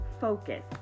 focus